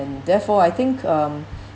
and therefore I think um